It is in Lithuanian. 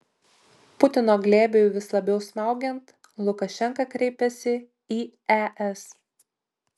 putino glėbiui vis labiau smaugiant lukašenka kreipiasi į es